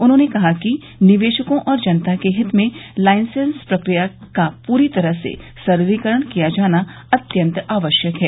उन्होंने कहा कि निवेशकों और जनता के हित में लाइसेंस प्रक्रिया का पूरी तरह से सरलीकरण किया जाना अत्यन्त आवश्यक है